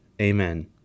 Amen